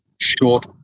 short